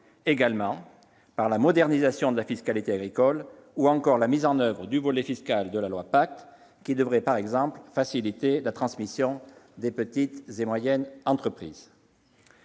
également par la modernisation de la fiscalité agricole ou encore par la mise en oeuvre du volet fiscal de la loi PACTE, qui devrait par exemple faciliter la transmission des petites et moyennes entreprises.